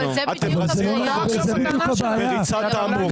אתם עושים את החוק הזה בריצת אמוק,